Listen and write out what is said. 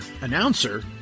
Announcer